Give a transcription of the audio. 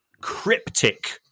cryptic